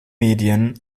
medien